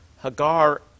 Hagar